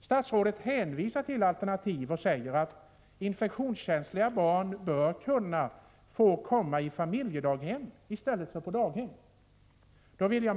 Statsrådet hänvisar till alternativ och säger att infektionskänsliga barn bör kunna få komma till familjedaghem i stället för till kommunala daghem.